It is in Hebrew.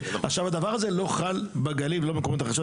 הדבר הזה לא מוחל בגליל ולא במקומות אחרים.